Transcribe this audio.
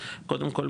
קודם כל,